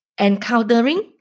encountering